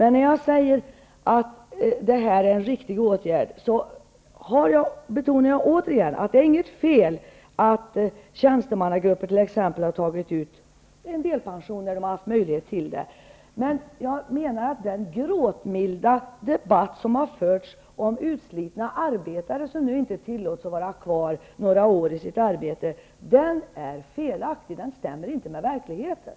När jag säger att det här är en riktig åtgärd, betonar jag återigen att det inte är något fel att t.ex. tjänstemannagrupper har tagit delpension när de har haft möjlighet till det. Men jag menar att den gråtmilda debatt som har förts om utslitna arbetare som nu inte tillåts vara kvar några år i sitt arbete -- den debatten är felaktig, den stämmer inte med verkligheten.